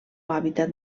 hàbitat